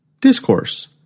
discourse